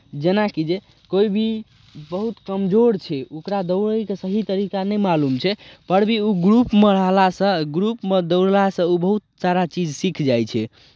जेनाकि जे कोइ भी बहुत कमजोर छै ओकरा दौड़यके सही तरीका नहि मालूम छै पर भी ओ ग्रुपमे रहलासँ ग्रुपमे दौड़लासँ ओ बहुत सारा चीज सीख जाइ छै